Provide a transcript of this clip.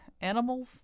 animals